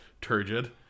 turgid